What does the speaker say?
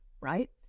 right